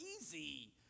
easy